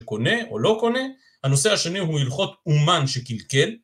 קונה או לא קונה הנושא השני הוא הלכות אומן שקלקל